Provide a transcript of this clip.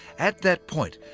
at that point,